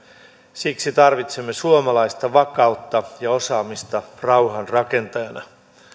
siksi tarvitsemme suomalaista vakautta ja osaamista rauhan rakentajana